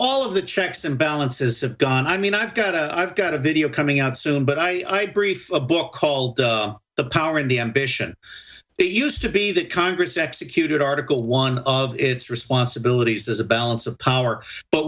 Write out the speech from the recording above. all of the checks and balances have gone i mean i've got a i have got a video coming out soon but i prefer a book called the power and the ambition it used to be that congress executed article one of its responsibilities as a balance of power but